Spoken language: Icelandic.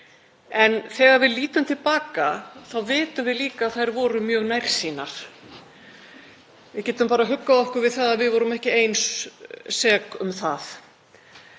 En þegar við lítum til baka vitum við líka að við vorum mjög nærsýn í þessu. Við getum bara huggað okkur við að við vorum ekki ein sek um það.